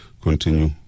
continue